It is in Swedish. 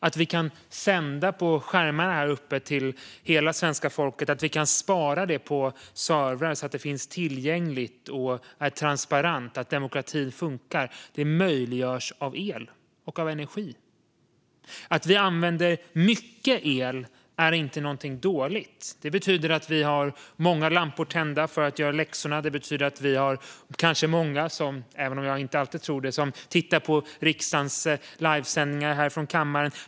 Att vi kan sända debatten på skärmar till hela svenska folket, att vi kan spara den på servrar så att den finns tillgänglig och så att det blir transparent att demokratin funkar möjliggörs av el och av energi. Att vi använder mycket el är inte någonting dåligt. Det betyder att vi har många lampor tända för att göra läxorna. Det betyder att vi kanske har många, även om jag inte alltid tror det, som tittar på riksdagens livesändningar härifrån kammaren.